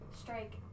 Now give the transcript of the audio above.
strike